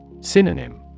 Synonym